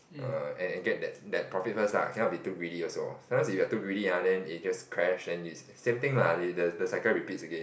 err and and get that that profit first lah cannot be too greedy also sometimes when you are too greedy ah it just crash then same things lah the the cycle repeats again